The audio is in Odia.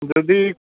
ଯଦି